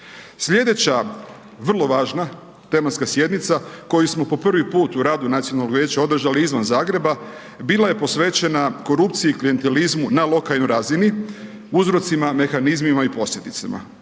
Sljedeća vrlo važna tematska sjednica, koju smo po 1 puta, u radu Nacionalnog vijeća održali izvan Zagreba, bila je posvećena, korupciji, klijentizmu, na lokalnoj razini, uzrocima, mehanizmima i posljedicama.